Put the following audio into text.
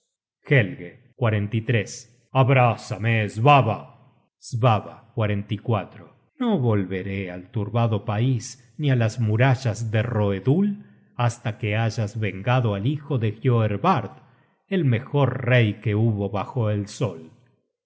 rey desconocido en sus brazos helge abrázame svava svava no volveré al turbado pais ni á las murallas de roedul hasta que haya vengado al hijo de hioervard el mejor rey que hubo bajo el sol